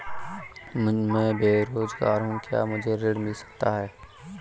मैं बेरोजगार हूँ क्या मुझे ऋण मिल सकता है?